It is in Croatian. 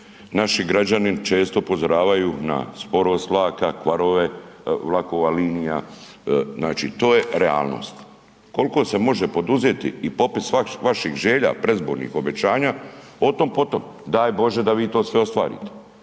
naši građani često upozoravaju na sporost vlaka, kvarove vlakova, linija, znači to je realnost. Kolko se može poduzeti i popis vaših želja predizbornih obećanja o tom po tom, daj Bože da vi to sve ostvarite.